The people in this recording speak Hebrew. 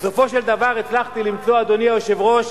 בסופו של דבר הצלחתי למצוא, אדוני היושב-ראש,